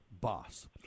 boss